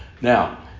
Now